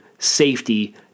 Safety